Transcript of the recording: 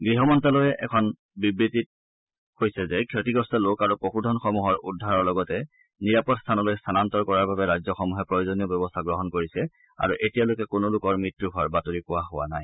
গৃহমন্ত্যালয়ে এখন বিজ্ঞপ্তিত এই বুলি কোৱা হৈছে যে ক্ষতিগ্ৰস্ত লোক আৰু পশুধন সমূহৰ উদ্ধাৰৰ লগতে নিৰাপদ স্থানলৈ স্তানান্তৰ কৰাৰ বাবে ৰাজ্যসমূহে প্ৰয়োজনীয় ব্যৱস্থা গ্ৰহণ কৰিছে আৰু এতিয়ালৈকে কোনো লোকৰ মৃত্যু হোৱাৰ বাতৰি পোৱা হোৱা নাই